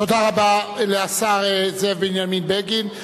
תודה רבה לשר זאב בנימין בגין.